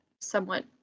somewhat